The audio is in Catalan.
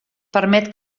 permet